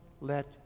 let